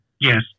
Yes